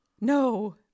No